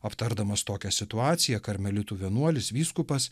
aptardamas tokią situaciją karmelitų vienuolis vyskupas